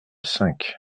cinq